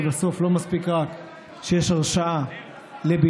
כי בסוף לא מספיק שיש הרשאה לבינוי,